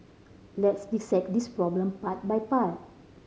let's dissect this problem part by part